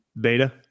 Beta